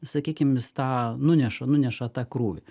sakykim jis tą nuneša nuneša tą krūvį